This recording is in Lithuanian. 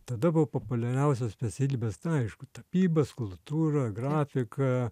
tada buvo populiariausios specialybės nu aišku tapyba skulptūra grafika